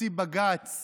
הוציא בג"ץ